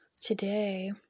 Today